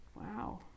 Wow